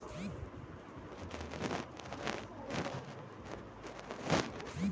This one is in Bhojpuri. माटी के उपजाऊ बनाने के लिए कौन कौन जैविक खाद का प्रयोग करल जाला?